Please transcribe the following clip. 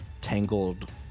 tangled